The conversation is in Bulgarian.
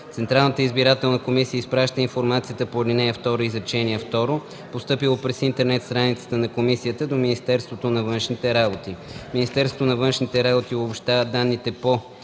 Централната избирателна комисия изпраща информацията по ал. 2, изречение второ, постъпила през интернет страницата на комисията до Министерството на външните работи. Министерството на външните работи обобщава данните по